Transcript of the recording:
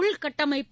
உள்கட்டமைப்பு